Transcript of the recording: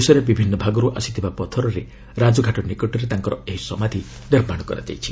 ଦେଶରେ ବିଭିନ୍ନ ଭାଗରୁ ଆସିଥିବା ପଥରରେ ରାଜଘାଟ ନିକଟରେ ତାଙ୍କର ଏହି ସମାଧ୍ ନିର୍ମାଣ କରାଯାଇଛି